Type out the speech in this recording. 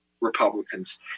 Republicans